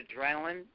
adrenaline